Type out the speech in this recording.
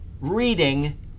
reading